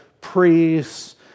priests